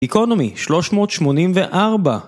גיקונומי 384